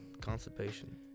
constipation